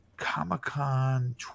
comic-con